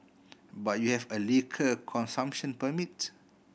but you have a liquor consumption permit